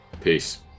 Peace